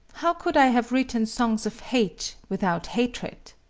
how could i have written songs of hate without hatred?